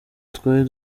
twari